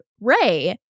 Ray